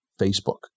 Facebook